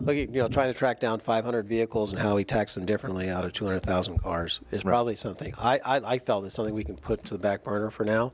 but you know trying to track down five hundred vehicles and how we tax and differently out of two hundred thousand ours is probably something i felt is something we can put to the back burner for now